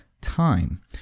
time